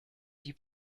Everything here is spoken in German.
die